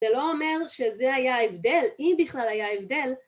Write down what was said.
‫זה לא אומר שזה היה הבדל, ‫אם בכלל היה הבדל.